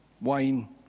wine